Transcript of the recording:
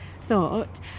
thought